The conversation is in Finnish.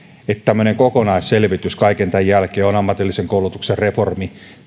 tarvitaan tämmöinen kokonaisselvitys kaiken tämän jälkeen on ammatillisen koulutuksen reformi